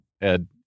Ed